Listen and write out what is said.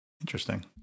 Interesting